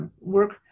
work